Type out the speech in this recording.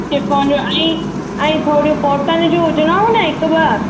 chiffon जूं ऐं ऐं थोरियूं कॉटन जूं हुजिनव न हिकु ॿ